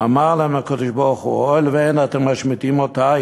"אמר להם הקדוש-ברוך-הוא: הואיל ואין אתם משמיטין אותה,